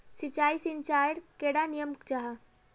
सिंचाई सिंचाईर कैडा नियम जाहा?